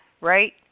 right